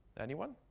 anyone?